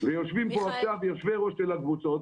ויושבים פה עכשיו יושבי-ראש של הקבוצות,